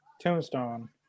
tombstone